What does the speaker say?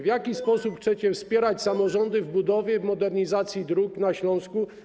W jaki sposób chcecie wspierać samorządy w budowie i modernizacji dróg na Śląsku?